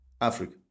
Africa